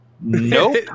Nope